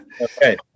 Okay